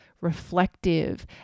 reflective